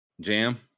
Jam